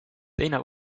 teine